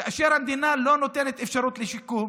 כאשר המדינה לא נותנת אפשרות לשיקום,